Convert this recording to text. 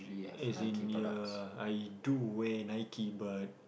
as in ya I do wear Nike but